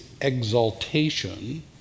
exaltation